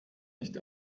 nicht